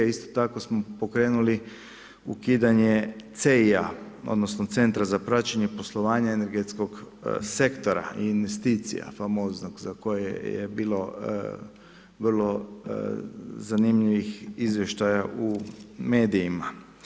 Isto tako smo pokrenuli ukidanje CEI-a odnosno Centra za praćenje poslovanja energetskog sektora i investicija, famoznog za koje je bilo vrlo zanimljivih izvještaja u medijima.